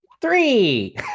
Three